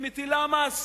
היא מטילה מס,